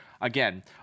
again